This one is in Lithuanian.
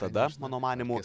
tada mano manymu